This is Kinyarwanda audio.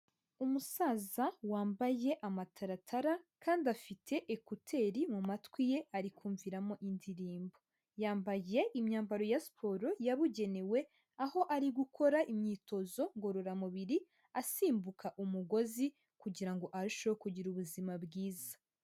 Umusaza wambaye amataratara kandi afite ekuteri mu mu matwi ye ari kumviramo indirimbo, yambaye imyambaro ya siporo yabugenewe aho ari gukora imyitozo ngororamubiri, asimbuka umugozi, kugira ngo arusheho kugira ubuzima bwiza.